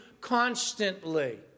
constantly